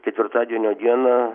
ketvirtadienio dieną